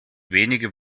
wenige